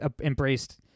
embraced